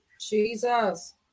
Jesus